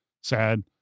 sad